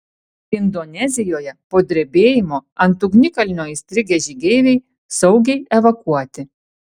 indonezijoje po drebėjimo ant ugnikalnio įstrigę žygeiviai saugiai evakuoti